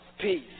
Peace